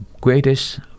greatest